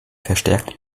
verstärkte